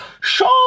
Show